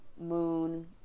moon